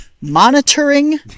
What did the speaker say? monitoring